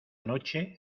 noche